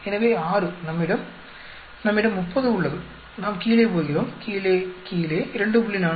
எனவே 6 நம்மிடம் நம்மிடம் 30 உள்ளது நாம் கீழே போகிறோம் கீழே கீழே 2